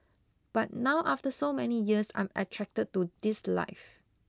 but now after so many years I'm attracted to this life